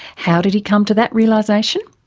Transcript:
how did he come to that realisation?